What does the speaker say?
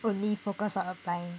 only focus on applying